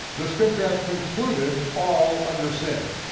the scripture hath concluded all under sin,